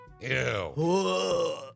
Ew